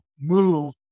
move